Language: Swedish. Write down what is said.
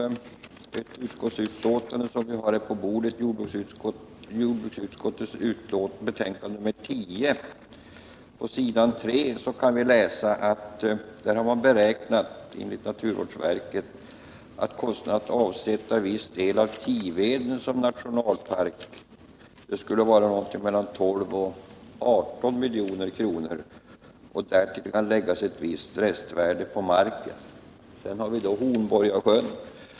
I ett utskottsbetänkande som ligger på våra bänkar — jordbruksutskottets betänkande nr 10 — kan vi på s. 3 läsa att naturvårdsverket beräknar att kostnaden för att avsätta viss del av Tiveden som nationalpark skulle vara någonting mellan 12 och 18 milj.kr. Därtill kan läggas ett visst restvärde på marken. Sedan har vi då Hornborgasjön.